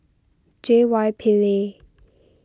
J Y Pillay